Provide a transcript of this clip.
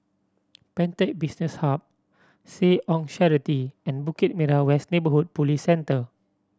Pantech Business Hub Seh Ong Charity and Bukit Merah West Neighbourhood Police Centre